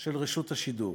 של רשות השידור.